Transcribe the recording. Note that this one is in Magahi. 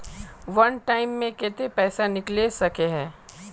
वन टाइम मैं केते पैसा निकले सके है?